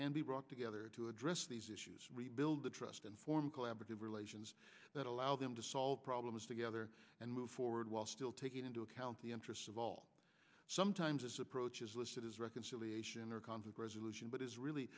be brought together to address these issues rebuild the trust and form collaborative relations that allow them to solve problems together and move forward while still taking into account the interests of all sometimes its approaches listed as reconciliation or conflict resolution but is